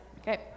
Okay